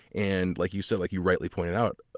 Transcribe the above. and like you so like you rightly pointed out,